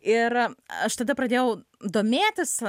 ir aš tada pradėjau domėtis